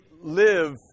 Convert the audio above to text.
live